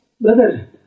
brother